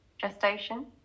gestation